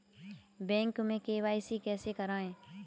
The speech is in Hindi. बैंक में के.वाई.सी कैसे करायें?